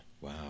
Wow